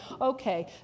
okay